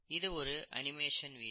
இது ஒரு animation video